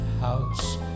house